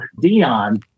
Dion